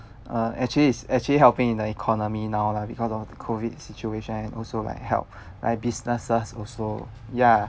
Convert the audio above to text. uh actually is actually helping in the economy now lah because of COVID situation and also like help like businesses also ya